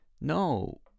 No